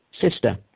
sister